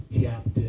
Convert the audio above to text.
chapter